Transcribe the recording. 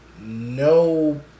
no